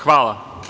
Hvala.